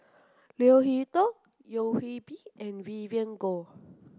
Leo Hee Tong Yeo Hwee Bin and Vivien Goh